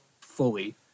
fully